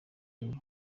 kandi